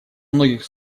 многих